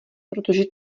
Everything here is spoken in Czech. protože